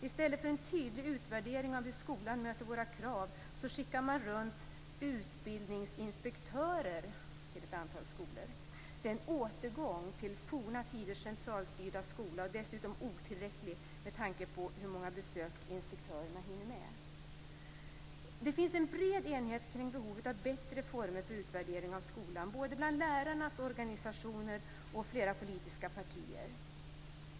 I stället för en tydlig utvärdering av hur skolan möter våra krav skickar man runt utbildningsinspektörer till ett antal skolor. Det är en återgång till forna tiders centralstyrda skola och dessutom otillräckligt, med tanke på hur många besök inspektörerna hinner med. Det finns en bred enighet kring behovet av bättre former för utvärdering av skolan, bland både lärarnas organisationer och flera politiska partier.